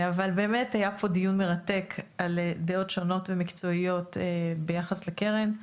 היה פה דיון מרתק על דעות שונות ומקצועיות ביחס לקרן.